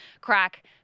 crack